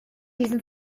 diesem